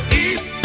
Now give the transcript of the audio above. east